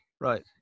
right